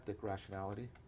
rationality